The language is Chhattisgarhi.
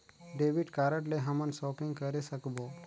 डेबिट कारड ले हमन शॉपिंग करे सकबो?